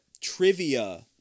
trivia